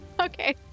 Okay